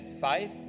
faith